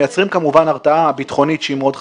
מייצרים כמובן הרתעה ביטחונית שהיא מאוד חשובה.